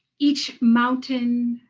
each mountain,